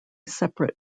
separate